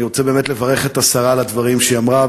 אני רוצה באמת לברך את השרה על הדברים שהיא אמרה,